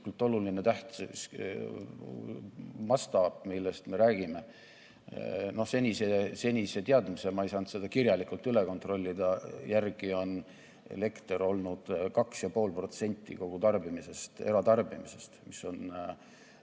oluline tähtis mastaap, millest me räägime? Senise teadmise – ma ei saanud seda kirjalikult üle kontrollida – järgi on elekter olnud 2,5% kogu eratarbimisest, mis on